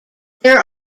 there